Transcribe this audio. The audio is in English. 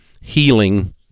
healing